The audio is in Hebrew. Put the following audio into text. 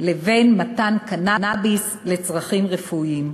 לבין מתן קנאביס לצרכים רפואיים.